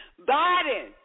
Biden